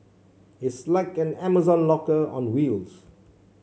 it's like an Amazon locker on wheels